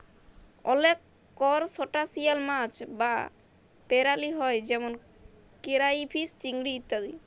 অলেক করসটাশিয়াল মাছ বা পেরালি হ্যয় যেমল কেরাইফিস, চিংড়ি ইত্যাদি